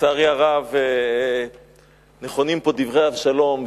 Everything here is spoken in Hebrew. לצערי הרב נכונים פה דברי אבשלום,